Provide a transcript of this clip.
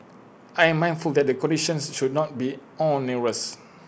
I am very mindful that the conditions should not be onerous